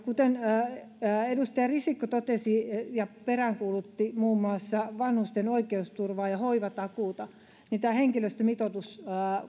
kuten edustaja risikko totesi ja peräänkuulutti muun muassa vanhusten oikeusturvaa ja hoivatakuuta niin tämä henkilöstömitoitus